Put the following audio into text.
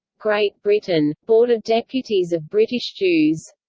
great britain board of deputies of british jews